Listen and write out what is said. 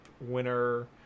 winner